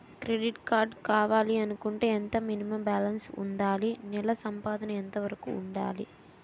Credit card కావాలి అనుకుంటే ఎంత మినిమం బాలన్స్ వుందాలి? నెల సంపాదన ఎంతవరకు వుండాలి?